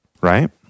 Right